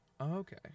Okay